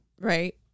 right